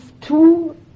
two